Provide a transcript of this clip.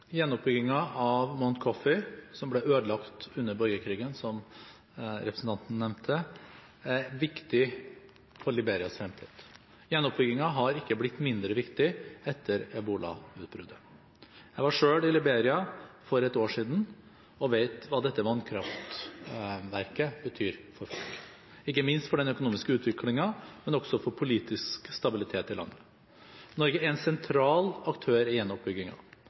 av Mount Coffee, som ble ødelagt under borgerkrigen, som representanten nevnte, er viktig for Liberias fremtid. Gjenoppbyggingen har ikke blitt mindre viktig etter ebolautbruddet. Jeg var selv i Liberia for ett år siden og vet hva dette vannkraftverket betyr for folk, ikke minst for den økonomiske utviklingen, men også for politisk stabilitet i landet. Norge er en sentral aktør i